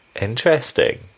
Interesting